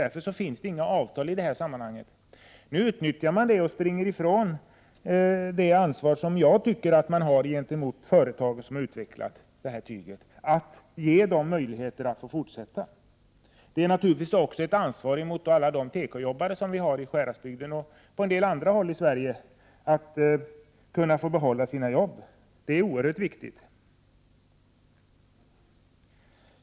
1988/89:123 utnyttjas detta förhållande det och man springer ifrån det ansvar som jag 29 maj 1989 anser att man bör ta gentemot de företag som har utvecklat detta tyg, att ge dem möjligheter att kunna fortsätta. Man har naturligtvis också ett ansvar för att alla tekoarbetare i Sjuhäradsbygden och på en del andra håll i Sverige skall kunna behålla sina jobb, vilket är oerhört viktigt.